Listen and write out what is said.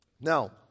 Now